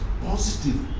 positive